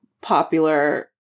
popular